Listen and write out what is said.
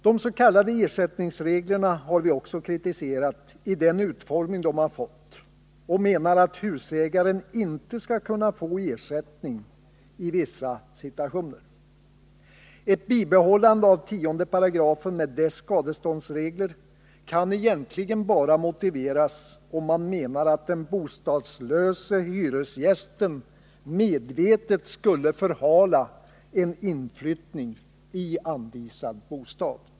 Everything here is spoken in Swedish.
De s.k. ersättningsreglerna har vi också kritiserat, när det gäller den utformning de har fått, och vi menar att husägaren i vissa situationer inte skall kunna få ersättning. Ett bibehållande av 10 § med dess skadeståndsregler kan egentligen bara motiveras om man menar att den bostadslöse hyresgästen medvetet skulle förhala en inflyttning i anvisad bostad.